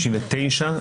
(5).